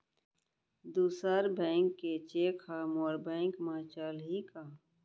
दूसर बैंक के चेक ह मोर बैंक म चलही का?